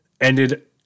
ended